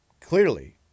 clearly